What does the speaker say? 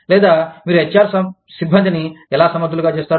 లేదా మీరు H R సిబ్బందిని ఎలా సమర్థులుగా చేస్తారు